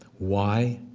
why?